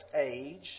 age